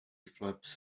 flaps